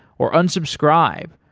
or unsubscribe,